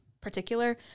particular